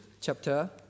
chapter